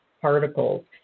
particles